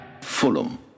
Fulham